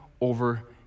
over